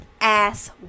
ass